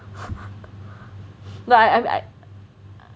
like I I I